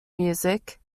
music